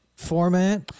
format